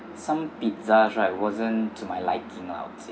some pizzas right wasn't to my liking out